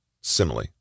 Simile